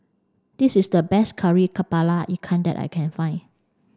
this is the best Kari Kepala Ikan that I can find